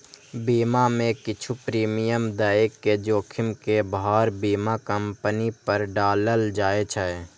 बीमा मे किछु प्रीमियम दए के जोखिम के भार बीमा कंपनी पर डालल जाए छै